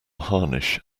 harnish